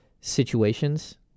situations